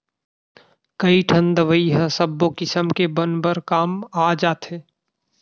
कइठन दवई ह सब्बो किसम के बन बर काम आ जाथे